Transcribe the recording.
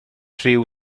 rhyw